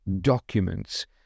documents